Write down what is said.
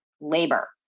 labor